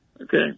Okay